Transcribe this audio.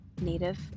native